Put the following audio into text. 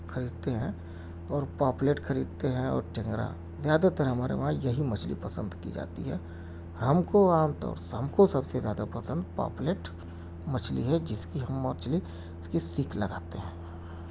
خریدتے ہیں اور پاپلیٹ خریدتے ہیں اور ٹینگرا زیادہ تر ہمارے وہاں یہی مچھلی پسند کی جاتی ہے ہم کو عام طور ہم کو سب سے زیادہ پسند پاپلیٹ مچھلی ہے جس کی ہم مچھلی اس کی سیک لگاتے ہیں